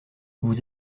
vous